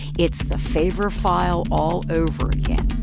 it's the favor file all over again